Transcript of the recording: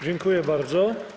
Dziękuję bardzo.